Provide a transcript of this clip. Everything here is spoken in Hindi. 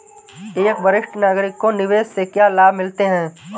एक वरिष्ठ नागरिक को निवेश से क्या लाभ मिलते हैं?